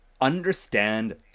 understand